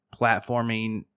platforming